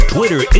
Twitter